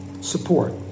support